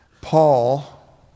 Paul